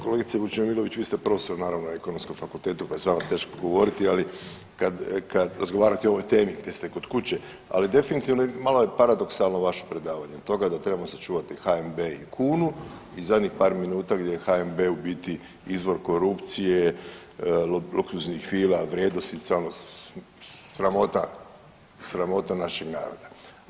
Kolegice Vučemilović vi ste profesor naravno na Ekonomskom fakultetu pa je s vama teško govoriti, razgovarati o ovoj temi jer ste kod kuće, ali definitivno malo je paradoksalno vaše predavanje od toga da trebamo sačuvati HNB i kunu i zadnjih par minuta gdje HNB u biti izvor korupcije, luksuznih vila, vrijednosnicama, sramota našeg naroda.